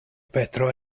petro